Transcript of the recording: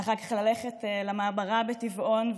ואחר כך ללכת למעברה בטבעון,